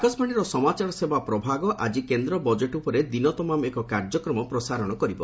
ଆକାଶବାଣୀର ସମାଚାର ସେବା ପ୍ରଭାଗ ଆଜି କେନ୍ଦ୍ର ବଜେଟ୍ ଉପରେ ଦିନତମାମ ଏକ କାର୍ଯ୍ୟକ୍ମ ପ୍ରସାରଣ କରିବ